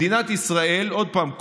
עוד פעם,